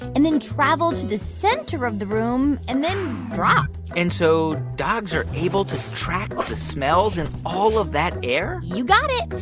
and then travel to the center of the room and then drop and so dogs are able to track the smells in all of that air? you got it.